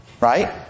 Right